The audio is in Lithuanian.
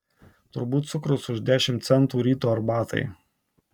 turbūt cukrus už dešimt centų ryto arbatai